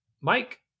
Mike